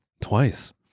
twice